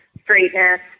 straightness